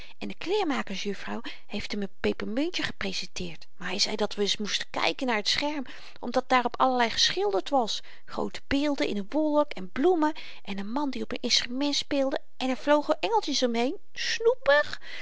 en de kleermakers juffrouw heeft m n pepermuntje geprezenteerd maar hy zei dat we n ns moesten kyken naar t scherm omdat daarop allerlei geschilderd was groote beelden in n wolk en bloemen en n man die op n instrument speelde en er vlogen engeltjes om heen